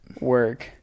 ...work